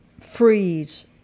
freeze